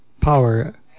power